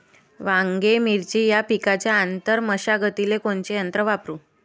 वांगे, मिरची या पिकाच्या आंतर मशागतीले कोनचे यंत्र वापरू?